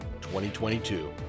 2022